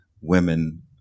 women